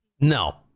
No